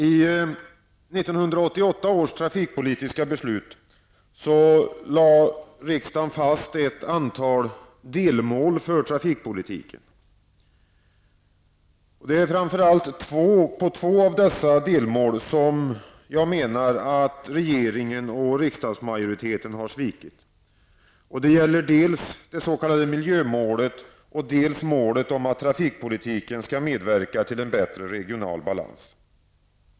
I 1988 års trafikpolitiska beslut lade riksdagen fast ett antal delmål för trafikpolitiken. Det är framför allt två av dessa delmål som jag menar att regeringen och riksdagsmajoriteten har svikit. Det gäller dels det s.k. miljömålet, dels målet om att trafikpolitiken skall medverka till en bättre regional balans.